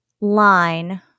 line